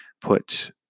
put